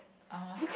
(uh huh)